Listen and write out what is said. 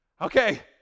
Okay